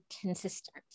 consistent